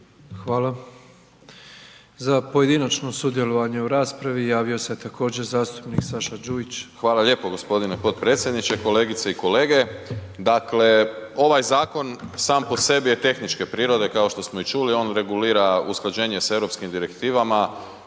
Hvala. Za pojedinačno sudjelovanje u raspravi javio se također zastupnik Saša Đujić. **Đujić, Saša (SDP)** Hvala lijepo g. potpredsjedniče, kolegice i kolege. Dakle ovaj zakon sam po sebi je tehničke prirode kao što smo i čuli, on regulira usklađenje sa europskim direktivama,